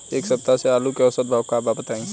एक सप्ताह से आलू के औसत भाव का बा बताई?